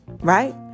right